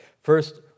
First